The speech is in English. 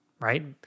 Right